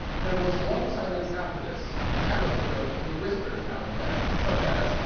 there was a long silence after this, and alice could only hear whispers now and then such as,